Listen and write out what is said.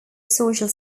social